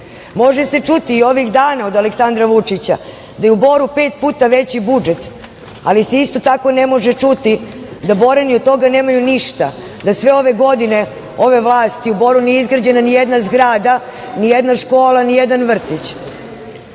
se čuti i ovih dana od Aleksandra Vučića da je u Boru pet puta veći budžet, ali se isto tako ne može čuti da Borani od toga nemaju ništa, da sve ove godine, ove vlasti u Boru nije izgrađena nijedna zgrada, nijedna škola, nijedan vrtić. Ne